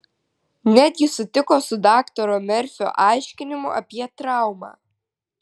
netgi sutiko su daktaro merfio aiškinimu apie traumą